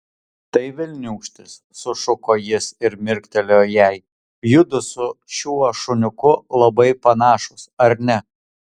tai velniūkštis sušuko jis ir mirktelėjo jai judu su šiuo šuniuku labai panašūs ar ne